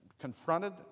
confronted